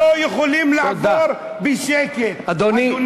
אנחנו לא יכולים לעבור בשקט, אדוני.